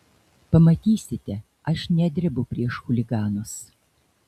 pamatysite aš nedrebu prieš chuliganus